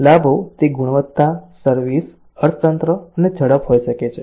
લાભો તે ગુણવત્તા સર્વિસ અર્થતંત્ર અને ઝડપ હોઈ શકે છે